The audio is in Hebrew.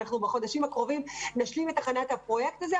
בחודשים הקרובים אנחנו נשלים את הכנת הפרויקט הזה.